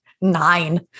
nine